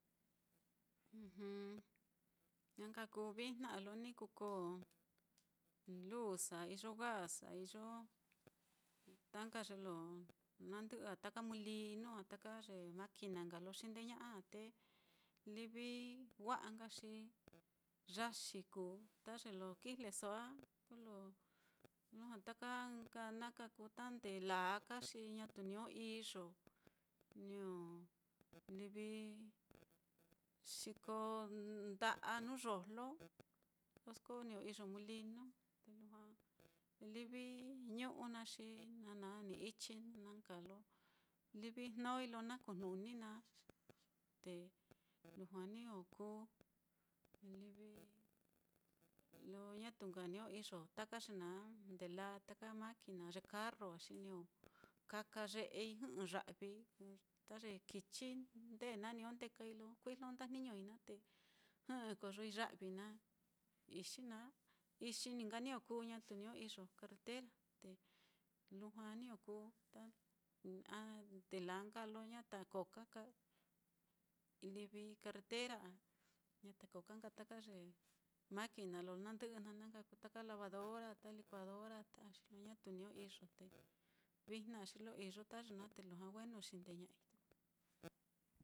Na nka kuu vijna á lo ni kuko luz á, iyo gas á iyo ta nka ye lo nandɨ'ɨ á, taka mulinu á, taka ye maquina nka lo xindeña'a á, te livi wa'a nka xi yaxi kuu ta ye lo kijleso á, kolo lujua ta nka na nka kuu ta ndelaa ka xi ñatu niño iyo, niño livi niño xiko nda'a nuu yojlo, koso ko niño iyo mulinu, te lujua livi ñu'u naá xi na na ní ichi, na na nka lo livi jnoi lo na kujnuni naá, te lujua niño kuu, livi lo ñatu nka niño iyo taka ye naá ndelaa, taka maquina á, ye carro á xi niño kaka ye'ei niño jɨ'ɨ ya'vi, ta ye kichi ndēē naá niño ndekai lo kuijlo ndajniñoi naá te jɨ'ɨ koyoi ya'vi naá, ixi naá, ixi ní nka niño kuu ñatu niño iyo carretera, te lujua niño kuu ta a ndelaa nka lo ñata ko ka nka livi carretera á, ñata koo ka nka ta ye maquina lo nandɨ'ɨ naá, na nka kuu taka lavadora, ta likuadora, ta ñatu niño iyo te vijna á xi lo iyo ta ye naá te lujua wenu xindeña'ai.